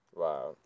wow